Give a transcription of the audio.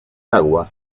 agua